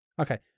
Okay